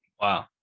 wow